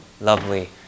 lovely